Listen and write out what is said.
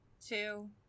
two